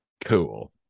Cool